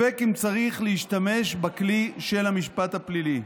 ספק אם צריך להשתמש בכלי של המשפט הפלילי.